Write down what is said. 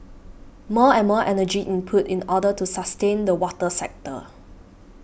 more and more energy input in order to sustain the water sector